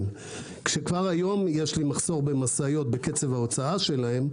כשכבר היום יש לי מחסור במשאיות בקצב ההוצאה שלהן,